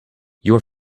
your